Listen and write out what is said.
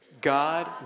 God